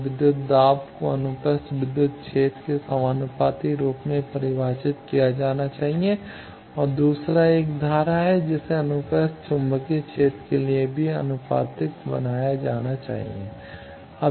तो विद्युत दाब को अनुप्रस्थ विद्युत क्षेत्र के समानुपाती के रूप में परिभाषित किया जाना चाहिए और दूसरा एक धारा है जिसे अनुप्रस्थ चुंबकीय क्षेत्र के लिए भी आनुपातिक बनाया जाना चाहिए